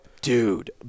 Dude